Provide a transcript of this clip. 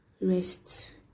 rest